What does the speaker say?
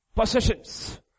possessions